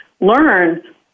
learn